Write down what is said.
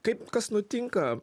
kaip kas nutinka